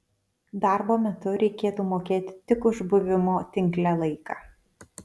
darbo metu reikėtų mokėti tik už buvimo tinkle laiką